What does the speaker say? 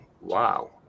wow